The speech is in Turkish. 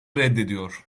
reddediyor